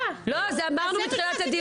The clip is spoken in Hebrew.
אמרנו בתחילת הדיון.